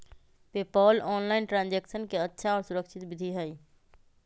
PayPal online transaction के अच्छा और सुरक्षित विधि हई